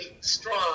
strong